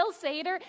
Seder